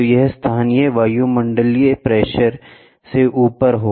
तो यह स्थानीय वायुमंडलीय प्रेशर से ऊपर है